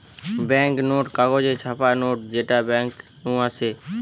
bank note কাগজে ছাপা note যেটা বেঙ্ক নু আসে